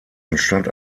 entstand